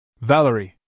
Valerie